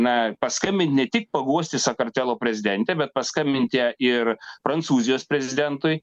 na paskambinti ne tik paguosti sakartvelo prezidentę bet paskambinti ir prancūzijos prezidentui